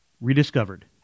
rediscovered